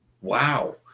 Wow